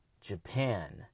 Japan